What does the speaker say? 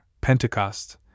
Pentecost